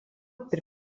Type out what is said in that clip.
per